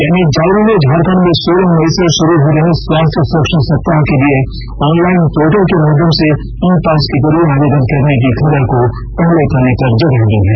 दैनिक जागरण ने झारखंड में सोलह मई से शुरू हो रहे स्वास्थ्य सुरक्षा सप्ताह के लिए ऑनलाइन पोर्टल के माध्यम से ई पास के जरिए आवेदन करने की खबर को पहले पन्ने पर जगह दी है